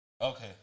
Okay